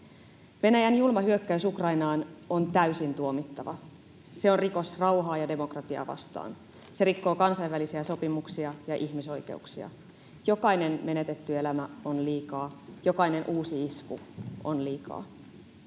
Venäjän julma hyökkäys Ukrainaan on täysin tuomittava. Se on rikos rauhaa ja demokratiaa vastaan. Se rikkoo kansainvälisiä sopimuksia ja ihmisoikeuksia. Jokainen menetetty elämä on liikaa, jokainen uusi isku on liikaa.